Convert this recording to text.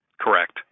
Correct